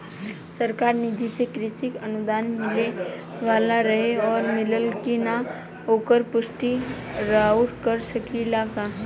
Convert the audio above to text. सरकार निधि से कृषक अनुदान मिले वाला रहे और मिलल कि ना ओकर पुष्टि रउवा कर सकी ला का?